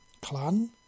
Clan